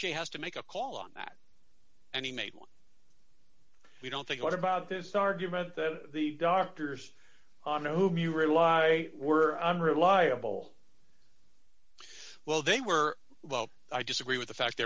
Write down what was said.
j has to make a call on that and he made we don't think a lot about this argument that the doctors on whom you rely were liable well they were well i disagree with the fact